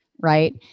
Right